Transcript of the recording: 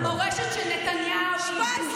המורשת של נתניהו היא בושה.